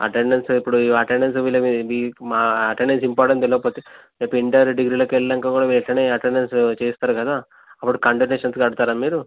attendance ఇప్పుడు attendance విలువ weak మా అటెండెన్స్ ఇంపార్టెన్స్ తెలియకపోతే రేపు ఇంటర్ డిగ్రీలోకి వెళ్ళినాక కూడా ఇట్లానే అటెండెన్స్ చేస్తారు కదా అప్పుడు కాండొనేషన్స్ కడతారా మీరు